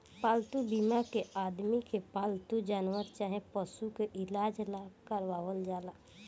पालतू बीमा के आदमी के पालतू जानवर चाहे पशु के इलाज ला करावल जाला